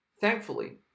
Thankfully